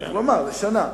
הוא אמר, לשנה.